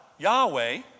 Yahweh